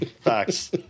Facts